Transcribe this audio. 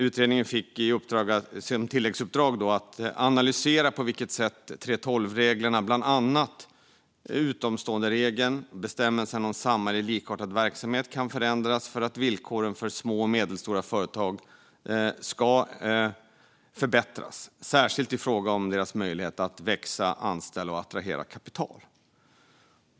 Utredningen fick som tilläggsuppdrag att analysera på vilket sätt 3:12-reglerna, bland annat utomståenderegeln och bestämmelsen om samma eller likartad verksamhet, kan förändras för att villkoren för små och medelstora företag ska förbättras, särskilt i fråga om deras möjlighet att växa, anställa och attrahera kapital.